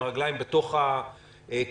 עם הרגליים בתוך הקהילה.